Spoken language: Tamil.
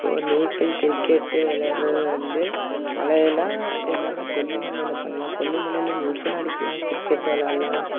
இப்போது நீச்சல் கிரிக்கெட் விளையாடுறது வந்து மலையில் என்னென்னா கொல்லிமலையில் பண்ணலாம் கொல்லிமலையில் நீச்சலும் அடிக்கலாம் கிரிக்கெட் விளாடலாம்